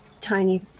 tiny